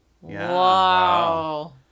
wow